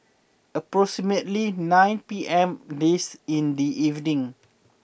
approximately nine P M this in the evening